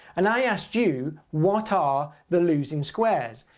and i asked you what are the losing squares?